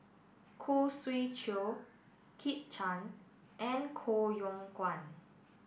Khoo Swee Chiow Kit Chan and Koh Yong Guan